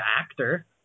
actor